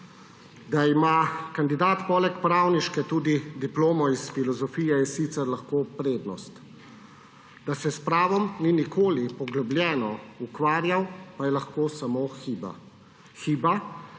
Da ima kandidat poleg pravniške tudi diplomo iz filozofije, je sicer lahko prednost. Da se s pravom ni nikoli poglobljeno ukvarjal, pa je lahko samo hiba